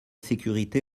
sécurité